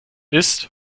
ist